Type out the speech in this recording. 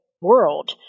world